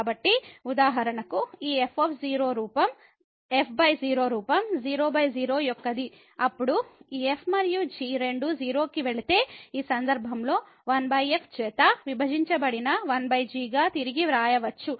కాబట్టి ఉదాహరణకు ఈ f0 రూపం 00యొక్కది అప్పుడు ఈ f మరియు g రెండూ 0 కి వెళితే ఈ సందర్భంలో 1f చేత విభజించబడిన 1gగా తిరిగి వ్రాయవచ్చు